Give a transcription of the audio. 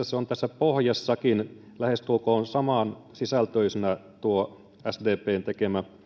se on tässä pohjassakin lähestulkoon samansisältöisenä lauseena tuo sdpn tekemä